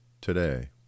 today